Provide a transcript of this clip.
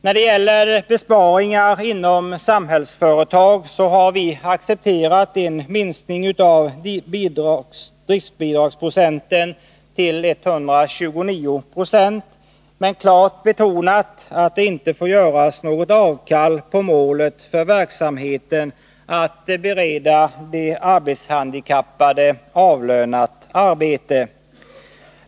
När det gäller besparingar inom Samhällsföretag har vi accepterat en minskning av riskbidragsprocenten till 129 70 men klart betonat att det inte får göras avkall på målet för verksamheten, nämligen att bereda handikappade avlönat arbete.